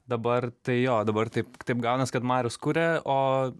dabar tai jo dabar taip taip gaunas kad marius kuria o